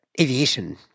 Aviation